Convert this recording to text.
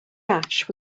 ash